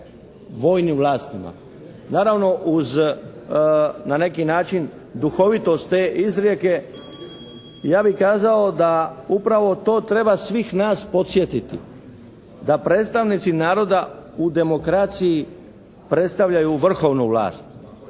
vojnim vlastima. Naravno uz na neki način duhovitost te izrijeke, ja bih kazao da upravo to treba svih nas podsjetiti, da predstavnici naroda u demokraciji predstavljaju vrhovnu vlast.